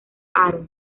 aro